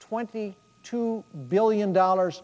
twenty two billion dollars